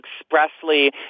expressly